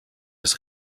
des